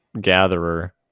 gatherer